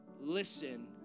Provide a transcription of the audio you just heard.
Listen